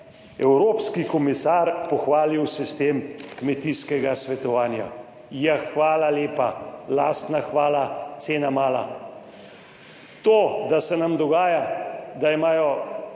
evropski komisar pohvalil sistem kmetijskega svetovanja. Ja, hvala lepa, lastna hvala, cena mala. To, da se nam dogaja, da imajo